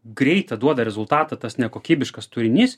greitą duoda rezultatą tas nekokybiškas turinys